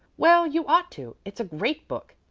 well, you ought to. it's a great book,